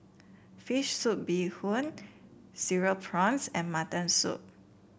fish soup Bee Hoon Cereal Prawns and Mutton Soup